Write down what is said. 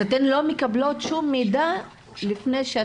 אתן לא מקבלות כל מידע לפני שאתן באות?